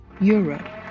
Europe